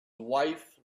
wife